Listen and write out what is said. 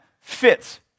fits